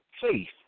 faith